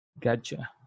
Gotcha